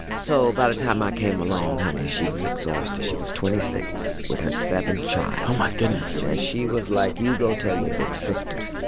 so by the time i came along, honey, she was exhausted. she was twenty six with her seventh child oh, my goodness and she was, like, you go tell your big sister.